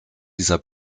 dieser